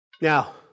Now